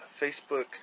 Facebook